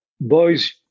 Boys